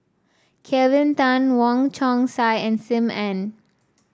Kelvin Tan Wong Chong Sai and Sim Ann